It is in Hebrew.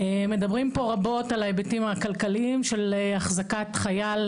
מדברים פה רבות על ההיבטים הכלכליים של החזקת חייל,